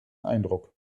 eindruck